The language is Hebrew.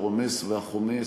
הרומס והחומס,